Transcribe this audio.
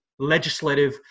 legislative